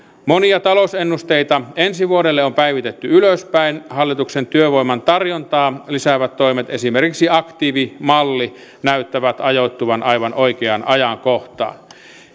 monia talousennusteita ensi vuodelle on päivitetty ylöspäin hallituksen työvoiman tarjontaa lisäävät toimet esimerkiksi aktiivimalli näyttävät ajoittuvan aivan oikeaan ajankohtaan